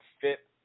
fit